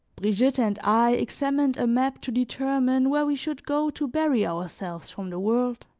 brigitte and i examined a map to determine where we should go to bury ourselves from the world